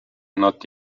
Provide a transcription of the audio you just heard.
not